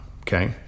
okay